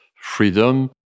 freedom